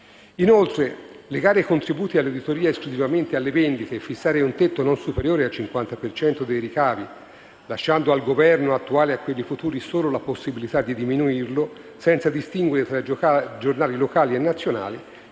Inoltre, legare i contributi all'editoria esclusivamente alle vendite e fissare un tetto non superiore al 50 per cento dei ricavi (lasciando al Governo attuale e a quelli futuri solo la possibilità di diminuirlo), senza distinguere tra giornali locali e nazionali,